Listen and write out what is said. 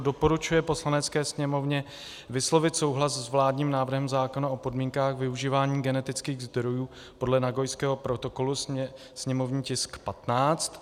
I. doporučuje Poslanecké sněmovně vyslovit souhlas s vládním návrhem zákona o podmínkách využívání genetických zdrojů podle Nagojského protokolu, sněmovní tisk 15;